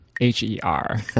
H-E-R